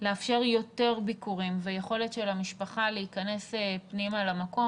לאפשר יותר ביקורים ויכולת של המשפחה להיכנס פנימה למקום.